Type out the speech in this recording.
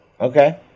Okay